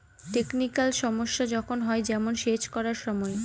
technical সমস্যা যখন হয়, যেমন সেচ করার সময়